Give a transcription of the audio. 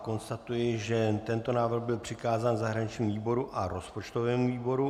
Konstatuji, že tento návrh byl přikázán zahraničnímu výboru a rozpočtovému výboru.